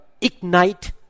Ignite